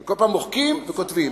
ובכל פעם מוחקים וכותבים.